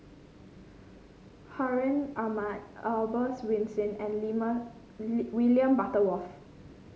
Hartinah Ahmad Albert Winsemius and William Butterworth